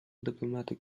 diplomatic